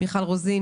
מיכל רוזין,